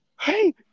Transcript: Hey